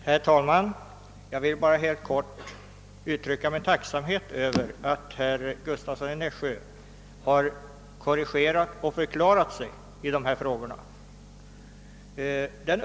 Herr talman! Jag vill bara helt kort uttrycka min tacksamhet över att herr Gustavsson i Nässjö har korrigerat och förklarat sig i dessa frågor.